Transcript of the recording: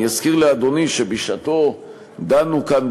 אזכיר לאדוני שבשעתו דנו כאן,